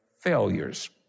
failures